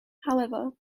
however